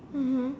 mmhmm